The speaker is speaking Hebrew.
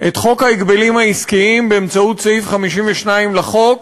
את חוק ההגבלים העסקיים באמצעות סעיף 52 לחוק